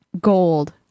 gold